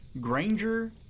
Granger